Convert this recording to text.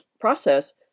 process